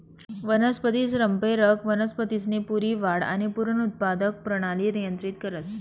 वनस्पती संप्रेरक वनस्पतीसनी पूरी वाढ आणि पुनरुत्पादक परणाली नियंत्रित करस